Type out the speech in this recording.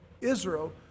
Israel